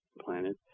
planet